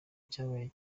cyabaye